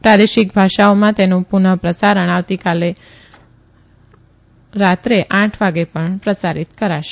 પ્રાદેશિક ભાષાઓમાં તેનું પુનઃ પ્રસારણ આવતીકાલે રાત્રે આઠ વાગે ૈણ કરાશે